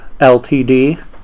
LTD